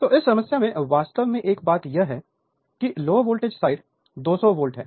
तो इस समस्या में वास्तव में एक बात यह है कि लो वोल्टेज साइड 200 वोल्ट है